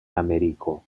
ameriko